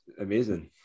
amazing